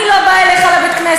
אני לא באה אליך לבית-כנסת,